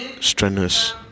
strenuous